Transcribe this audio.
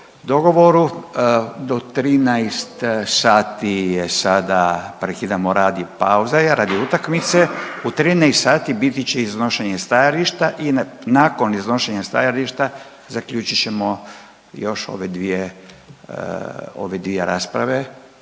dogovoru do 13,00 sati je sada prekidamo rad i pauza je radi utakmice. U 13,00 sati biti će iznošenje stajališta i nakon iznošenja stajališta zaključit ćemo još ove dvije rasprave